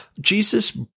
Jesus